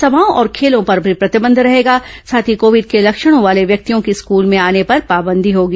समाओं और खेलों पर भी प्रतिबंध रहेगा साथ ही कोविड के लक्षणों वाले व्यक्तियों की स्कूल में आने पर पाबंदी होगी